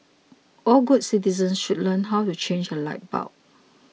all good citizens should learn how rechange a light bulb